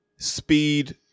Speed